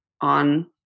on